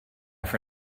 for